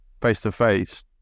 face-to-face